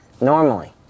normally